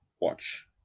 watch